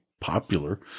popular